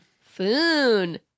Foon